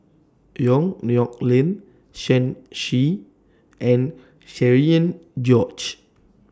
Yong Nyuk Lin Shen Xi and Cherian George